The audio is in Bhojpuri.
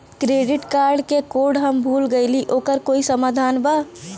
क्रेडिट कार्ड क कोड हम भूल गइली ओकर कोई समाधान बा?